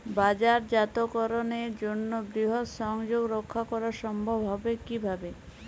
বাজারজাতকরণের জন্য বৃহৎ সংযোগ রক্ষা করা সম্ভব হবে কিভাবে?